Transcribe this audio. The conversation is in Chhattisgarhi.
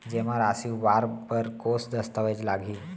जेमा राशि उबार बर कोस दस्तावेज़ लागही?